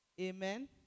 Amen